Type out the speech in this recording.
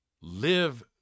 Live